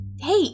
Hey